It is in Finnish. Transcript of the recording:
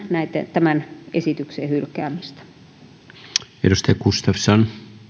tämän esityksen hylkäämistä